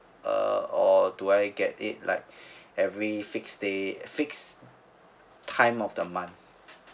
uh or do I get it like every fixed date fixed time of the month